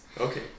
Okay